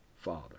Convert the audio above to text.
father